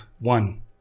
one